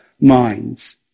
minds